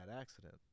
accident